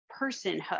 personhood